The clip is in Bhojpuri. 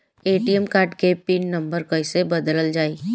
ए.टी.एम कार्ड के पिन नम्बर कईसे बदलल जाई?